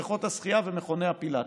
בבריכות השחייה ובמכוני הפילאטיס.